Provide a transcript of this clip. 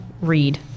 read